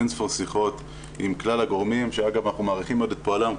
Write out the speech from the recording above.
אין-ספור שיחות עם כלל הגורמים שאגב אנחנו מעריכים מאוד את פועלם,